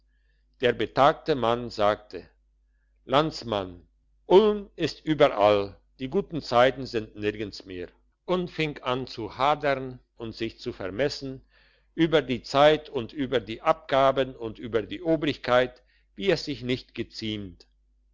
der betagte mann sagte landsmann ulm ist überall die guten zeiten sind nirgends mehr und fing an zu hadern und sich zu vermessen über die zeit und über die abgaben und über die obrigkeit wie es sich nicht